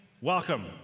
welcome